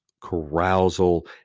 carousal